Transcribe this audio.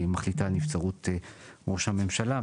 מחליטה על נבצרות של ראש הממשלה,